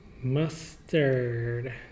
Mustard